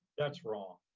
that's wrong.